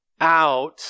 out